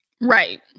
Right